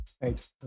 Right